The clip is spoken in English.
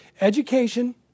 Education